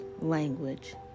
language